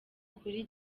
kuri